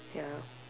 ya